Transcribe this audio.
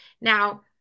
now